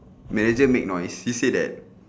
manager make noise he said that